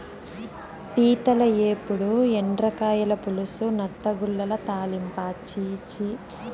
పీతల ఏపుడు, ఎండ్రకాయల పులుసు, నత్తగుల్లల తాలింపా ఛీ ఛీ